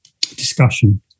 discussion